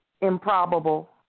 improbable